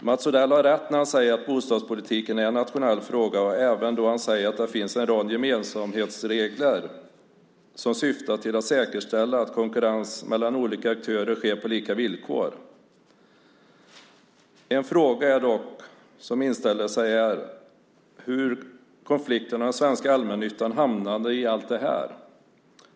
Mats Odell har rätt när han säger att bostadspolitiken är en nationell fråga och även då han säger att det finns en rad gemensamhetsregler som syftar till att säkerställa att konkurrens mellan olika aktörer sker på lika villkor. En fråga som inställer sig är dock hur konflikten om den svenska allmännyttan hamnade i allt det här.